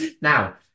Now